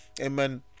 amen